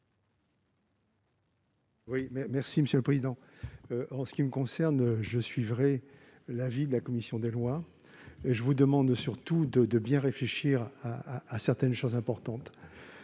explication de vote. En ce qui me concerne, je suivrai l'avis de la commission des lois. Je vous demande surtout de bien réfléchir à certaines données importantes